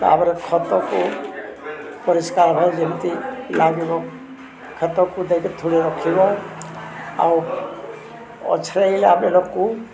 ତା'ପରେ ଖତକୁ ପରିଷ୍କାର ଭାବରେ ଯେମିତି ଲାଗିବ ଖତକୁ ଦେଇକି ଥରେ ରଖିବା ଆଉ ଅଛରେଇଲା ବେଳକୁ